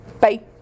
Bye